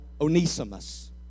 Onesimus